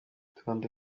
itonde